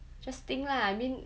just think lah I mean